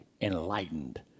enlightened